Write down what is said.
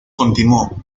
continuó